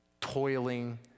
toiling